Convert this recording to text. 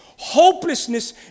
Hopelessness